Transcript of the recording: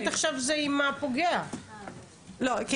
זה לא טוב.